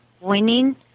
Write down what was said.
winning